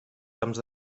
camps